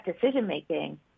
decision-making